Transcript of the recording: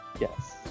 Yes